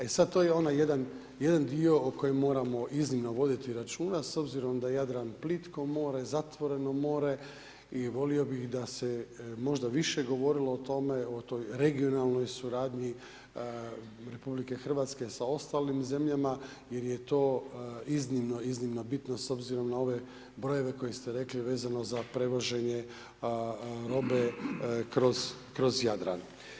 E sada to je onaj jedan dio o kojem moramo iznimno voditi računa s obzirom da je Jadran plitko more, zatvoreno more i volio bih da se možda više govorilo o tome, o toj regionalnoj suradnji Republike Hrvatske sa ostalim zemljama jer je to iznimno, iznimno bitno s obzirom na ove brojeve koje ste rekli vezano za prevoženje robe kroz Jadran.